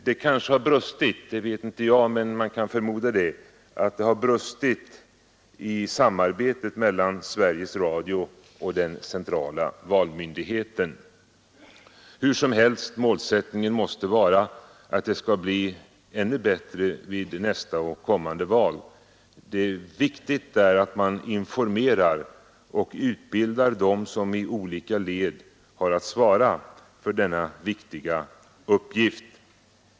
Man kan förmoda att det har brustit — jag vet emellertid inte i detalj hur det ligger till — i samarbetet mellan Sveriges Radio och den centrala valmyndigheten. Hur som helst: Målsättningen måste vara att det skall bli ännu bättre vid nästa och kommande val. Det är viktigt att man informerar och utbildar dem som i olika led har att svara för denna viktiga uppgift.